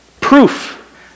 Proof